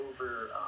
over